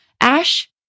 Ash